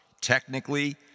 technically